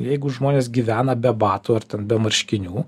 jeigu žmonės gyvena be batų ar ten be marškinių